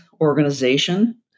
organization